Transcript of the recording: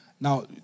Now